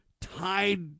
tied